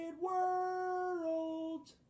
world